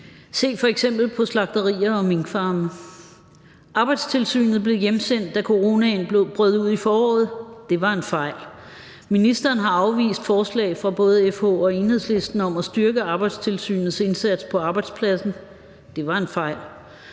Se f.eks. på slagterier og minkfarme. Arbejdstilsynet blev hjemsendt, da coronaen brød ud i foråret. Det var en fejl. Ministeren har afvist forslag fra både FH og Enhedslisten om at styrke Arbejdstilsynets indsats på arbejdspladsen. Det var en fejl.